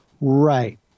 right